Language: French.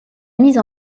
mise